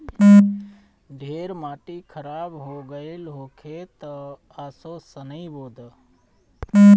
ढेर माटी खराब हो गइल होखे तअ असो सनइ बो दअ